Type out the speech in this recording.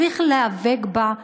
צריך להיאבק בה,